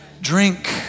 Drink